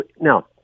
now